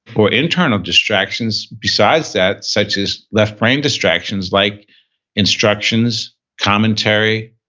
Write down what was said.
or internal distractions besides that, such as left brain distractions like instructions, commentary,